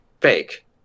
fake